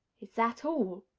is that all?